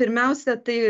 pirmiausia tai